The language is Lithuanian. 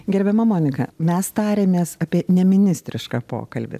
gerbiama monika mes tarėmės apie neministrišką pokalbį